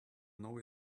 know